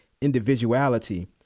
individuality